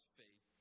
faith